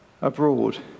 abroad